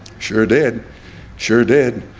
sure did sure. did.